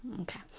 Okay